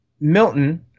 Milton